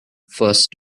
first